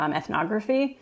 ethnography